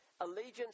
allegiance